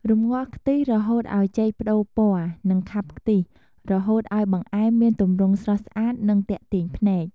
រំងាស់ខ្ទិះរហូតឱ្យចេកប្ដូរពណ៌ និងខាប់ខ្ទិះ រហូតឱ្យបង្អែមមានទម្រង់ស្រស់ស្អាត និងទាក់ទាញភ្នែក។